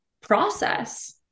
process